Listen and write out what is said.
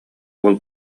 уол